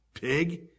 pig